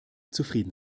zufrieden